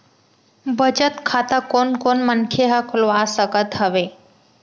बचत खाता कोन कोन मनखे ह खोलवा सकत हवे?